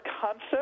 concept